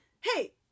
hey